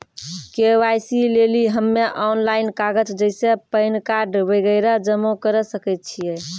KYC लेली हम्मय online कागज जैसे पैन कार्ड वगैरह जमा करें सके छियै?